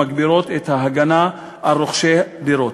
שמגבירות את ההגנה על רוכשי דירות.